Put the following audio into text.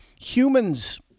Humans